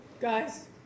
Guys